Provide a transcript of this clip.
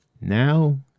Now